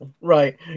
Right